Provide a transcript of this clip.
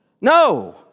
No